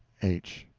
h.